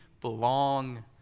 belong